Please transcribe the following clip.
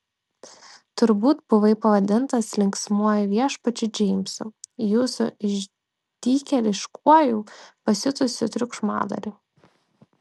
turbūt buvai pavadintas linksmuoju viešpačiu džeimsu jūsų išdykėliškuoju pasiutusiu triukšmadariu